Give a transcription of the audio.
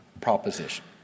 proposition